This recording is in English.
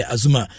Azuma